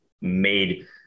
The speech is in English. made